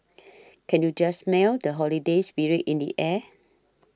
can you just smell the holiday spirit in the air